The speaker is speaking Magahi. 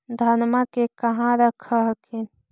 धनमा के कहा रख हखिन?